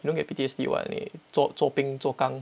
you don't get P_T_S_D [one] leh zopeng zogang